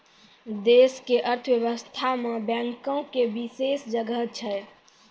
देश के अर्थव्यवस्था मे बैंको के विशेष जगह छै